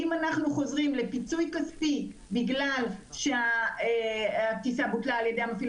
האם אנחנו חוזרים לפיצוי כספי בגלל שהטיסה בוטלה על-ידי המפעיל